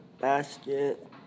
basket